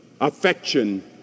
affection